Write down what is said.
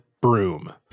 broom